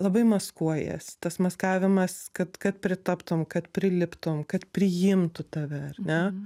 labai maskuojies tas maskavimas kad kad pritaptum kad priliptum kad priimtų tave ar ne